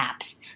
apps